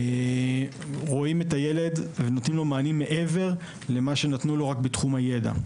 היום רואים את הילד ונותנים לו מענים מעבר למה שנתנו לו רק בתחום הידע.